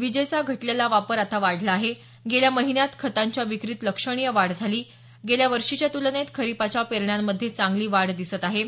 विजेचा घटलेला वापर आता वाढला आहे गेल्या महिन्यात खतांच्या विक्रीत लक्षणीय वाढ झाली गेल्या वर्षीच्या तूलनेत खरीपच्या पेरण्यांमधे चांगली वाढ दिसते आहे